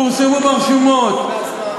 פורסמו ברשומות,